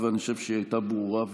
ואני חושב שהיא הייתה ברורה וחדה.